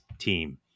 team